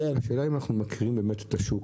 השאלה האם אנחנו מכירים באמת את השוק